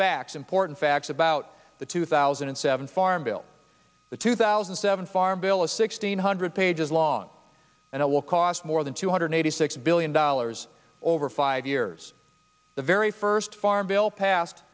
facts important facts about the two thousand and seven farm bill the two thousand and seven farm bill is sixteen hundred pages long and it will cost more than two hundred eighty six billion dollars over five years the very first farm bill passed